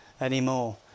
anymore